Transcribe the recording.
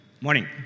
morning